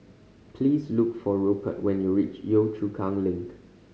please look for Rupert when you reach Yio Chu Kang Link